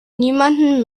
niemanden